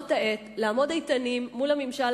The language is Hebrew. זאת העת לעמוד איתנים מול הממשל